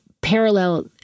parallel